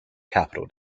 capital